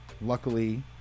Luckily